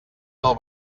del